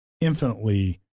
infinitely